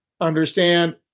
understand